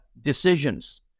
decisions